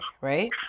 right